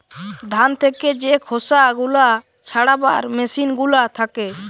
ধান থেকে যে খোসা গুলা ছাড়াবার মেসিন গুলা থাকে